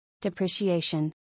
Depreciation